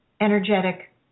energetic